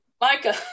Micah